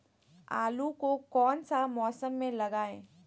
आलू को कौन सा मौसम में लगाए?